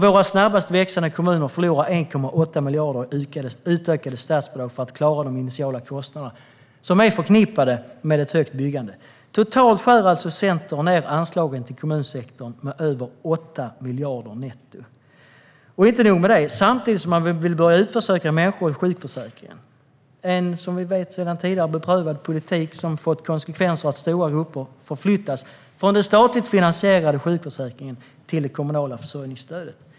Våra snabbast växande kommuner förlorar 1,8 miljarder i utökade statsbidrag för att klara de initiala kostnader som är förknippade med en hög byggtakt. Totalt skär alltså Centern ned anslagen till kommunsektorn med över 8 miljarder netto. Och det är inte nog med det; samtidigt vill man börja utförsäkra människor ur sjukförsäkringen. Det är en, som vi vet, tidigare prövad politik som får konsekvensen att stora grupper förflyttas från den statligt finansierade sjukförsäkringen till det kommunala försörjningsstödet.